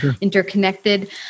interconnected